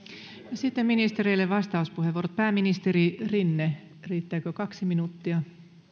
sitten ministereille vastauspuheenvuorot pääministeri rinne riittääkö kaksi minuuttia